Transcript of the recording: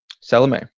Salome